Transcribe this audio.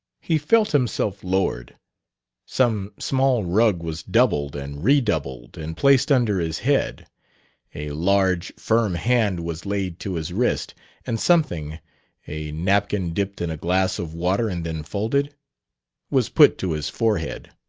he felt himself lowered some small rug was doubled and redoubled and placed under his head a large, firm hand was laid to his wrist and something a napkin dipped in a glass of water and then folded was put to his forehead.